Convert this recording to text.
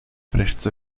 prestes